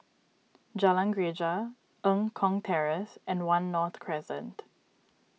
Jalan Greja Eng Kong Terrace and one North Crescent